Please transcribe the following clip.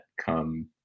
come